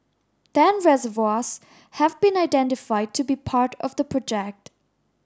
ten reservoirs have been identified to be part of the project